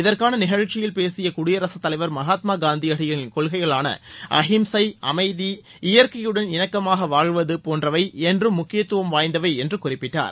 இதற்கான நிகழ்ச்சியில் பேசிய குடியரகத்தலைவர் மகாத்மா காந்தியடிகளின் கொள்கைகளான அஹிம்சை அமைதி இயற்கையுடன் இணக்கமாக வாழ்வது போன்றவை என்றும் முக்கியத்துவம் வாய்ந்தவை என்று குறிப்பிட்டார்